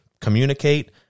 communicate